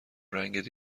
رنگت